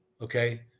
okay